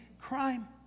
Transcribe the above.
crime